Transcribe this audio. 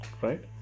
right